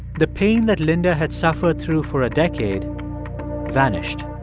the pain that linda had suffered through for a decade vanished